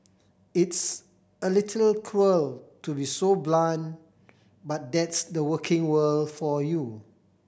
it's a little cruel to be so blunt but that's the working world for you